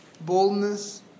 boldness